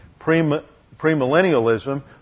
premillennialism